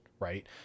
Right